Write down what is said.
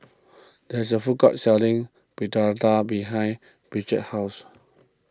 there is a food court selling Fritada behind Bridgett's house